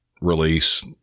release